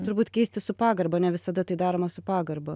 turbūt keisti su pagarba ne visada tai daroma su pagarba